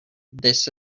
this